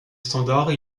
standard